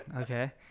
Okay